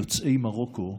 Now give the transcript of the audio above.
יוצאי מרוקו,